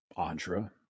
Andra